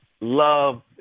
love